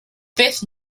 fifth